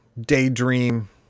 daydream